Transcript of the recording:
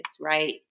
right